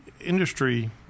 industry